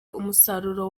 umusaruro